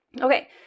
Okay